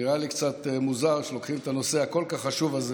נראה לי קצת מוזר שלוקחים את הנושא הכל-כך חשוב הזה